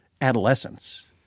adolescence